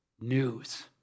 news